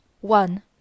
One